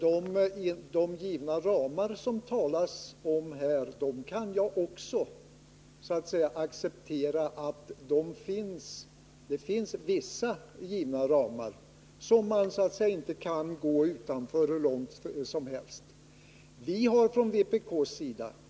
Herr talman! Det finns vissa givna ramar som man inte kan gå utanför hur långt som helst — det kan jag också acceptera.